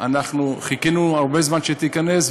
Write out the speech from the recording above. אנחנו חיכינו הרבה זמן שתיכנס,